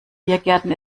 biergärten